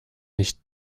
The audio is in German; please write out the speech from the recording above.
nicht